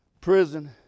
prison